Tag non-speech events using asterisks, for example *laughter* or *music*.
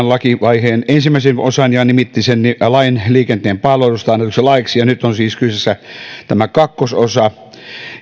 *unintelligible* lakivaiheen ensimmäisen osan ja nimitti lain liikenteen palveluista annetuksi laiksi ja nyt on siis kyseessä tämä kakkososa